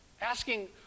Asking